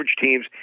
teams